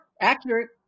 accurate